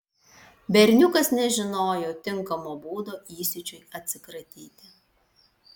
berniukas nežinojo tinkamo būdo įsiūčiui atsikratyti